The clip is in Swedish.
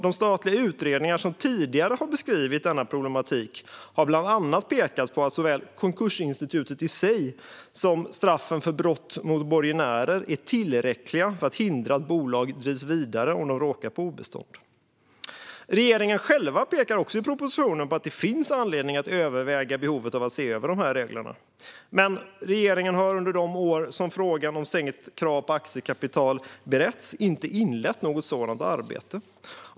De statliga utredningar som tidigare har beskrivit denna problematik har bland annat pekat på att såväl konkursinstitutet i sig som straffen för brott mot borgenärer är tillräckliga för att hindra att bolag drivs vidare om de råkar på obestånd. Regeringen själv pekar också på i propositionen att det finns anledning att överväga behovet av att se över de här reglerna. Men regeringen har under de år som frågan om sänkt krav på aktiekapital beretts inte inlett något sådant arbete.